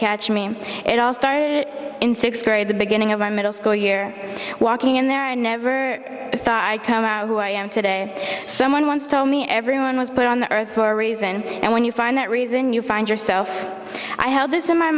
catch me it all started in sixth grade the beginning of my middle school year walking in there i never thought i'd come out who i am today someone once told me everyone was put on the earth for a reason and when you find that reason you find yourself i had this in my